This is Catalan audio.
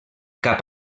cap